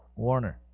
warner.